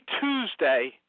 Tuesday